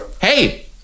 hey